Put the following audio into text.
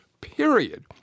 period